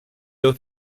oath